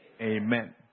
Amen